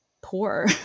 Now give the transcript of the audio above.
poor